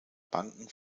banken